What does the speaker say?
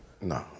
no